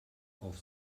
auf